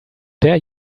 dare